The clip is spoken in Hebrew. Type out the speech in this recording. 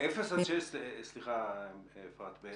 סליחה, אפרת.